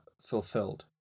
fulfilled